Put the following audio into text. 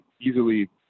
easily